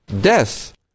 death